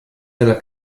della